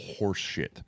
horseshit